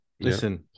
Listen